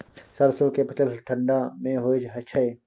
सरसो के फसल ठंडा मे होय छै?